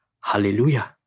Hallelujah